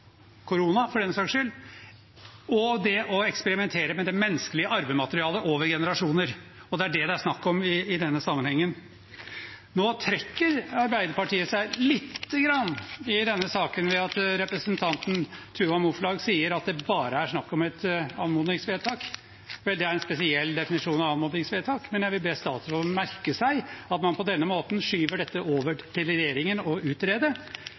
korona, for den saks skyld – og å eksperimentere med det menneskelige arvematerialet over generasjoner. Og det er det det er snakk om i denne sammenhengen. Nå trekker Arbeiderpartiet seg lite grann i denne saken ved at representanten Tuva Moflag sier at det bare er snakk om et anmodningsvedtak. Vel, det er en spesiell definisjon av anmodningsvedtak. Men jeg vil be statsråden merke seg at man på denne måten skyver dette over til regjeringen å utrede.